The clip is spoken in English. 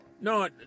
No